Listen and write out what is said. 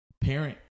Parent